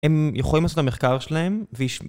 הם יכולים לעשות את המחקר שלהם,